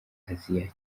aziya